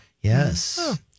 Yes